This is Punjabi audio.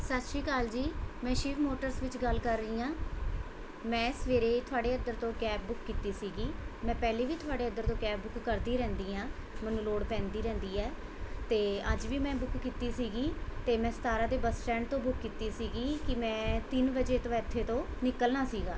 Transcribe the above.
ਸਤਿ ਸ਼੍ਰੀ ਅਕਾਲ ਜੀ ਮੈਂ ਸ਼ਿਵ ਮੋਟਰਸ ਵਿੱਚ ਗੱਲ ਕਰ ਰਹੀ ਹਾਂ ਮੈਂ ਸਵੇਰੇ ਤੁਹਾਡੇ ਇੱਧਰ ਤੋਂ ਕੈਬ ਬੁੱਕ ਕੀਤੀ ਸੀਗੀ ਮੈਂ ਪਹਿਲੇ ਵੀ ਤੁਹਾਡੇ ਇੱਧਰ ਤੋਂ ਕੈਬ ਕਰਦੀ ਰਹਿੰਦੀ ਹਾਂ ਮੈਨੂੰ ਲੋੜ ਪੈਂਦੀ ਰਹਿੰਦੀ ਹੈ ਅਤੇ ਅੱਜ ਵੀ ਮੈਂ ਬੁੱਕ ਕੀਤੀ ਸੀਗੀ ਅਤੇ ਮੈਂ ਸਤਾਰ੍ਹਾਂ ਦੇ ਬੱਸ ਸਟੈਂਡ ਤੋਂ ਬੁੱਕ ਕੀਤੀ ਸੀਗੀ ਕਿ ਮੈਂ ਤਿੰਨ ਵਜੇ ਤੋਂ ਇੱਥੇ ਤੋਂ ਨਿਕਲਣਾ ਸੀਗਾ